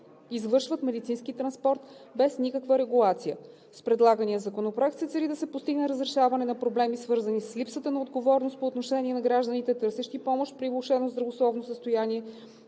извършват медицински транспорт без никаква регулация. С предлагания законопроект се цели да се постигне разрешаване на проблеми, свързани с липсата на отговорност по отношение на гражданите, търсещи помощ при влошено здравословно състояние;